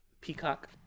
Peacock